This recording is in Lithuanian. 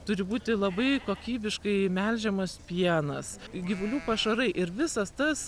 turi būti labai kokybiškai melžiamas pienas gyvulių pašarai ir visas tas